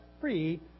free